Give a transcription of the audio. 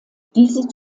diese